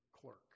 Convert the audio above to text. clerk